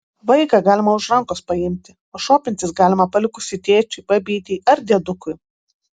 vaiką galima už rankos paimti o šopintis galima palikus jį tėčiui babytei ar diedukui